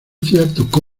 tiempo